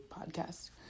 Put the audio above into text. podcast